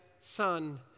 Son